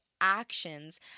actions